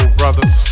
brothers